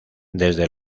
desde